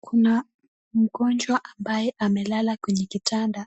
Kuna mgonjwa ambaye amelala kwenye kitanda,